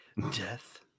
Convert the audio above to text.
Death